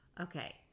Okay